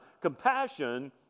Compassion